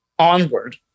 onward